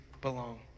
belong